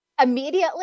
immediately